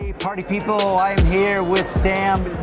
party people, i'm here with and